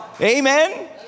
Amen